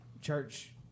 church